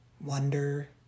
wonder